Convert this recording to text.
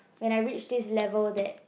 when I reach this level that